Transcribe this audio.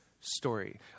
story